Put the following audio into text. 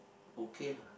okay lah